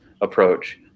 approach